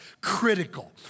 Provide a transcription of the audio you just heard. critical